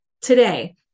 today